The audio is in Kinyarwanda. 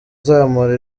zamura